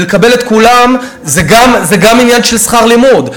ולקבל את כולם זה גם עניין של שכר לימוד.